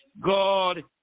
God